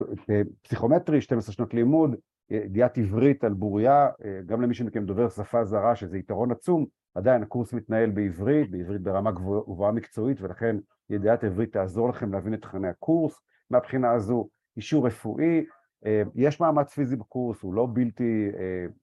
‫פסיכומטרי, 12 שנות לימוד, ‫ידיעת עברית על בוריה, ‫גם למי שמכם דובר שפה זרה, ‫שזה יתרון עצום, ‫עדיין הקורס מתנהל בעברית, ‫בעברית ברמה גבוהה מקצועית, ‫ולכן ידיעת עברית תעזור לכם ‫להבין את תכני הקורס. ‫מהבחינה הזו, אישור רפואי, ‫יש מעמד פיזי בקורס, ‫הוא לא בלתי...